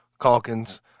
Calkins